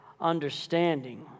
understanding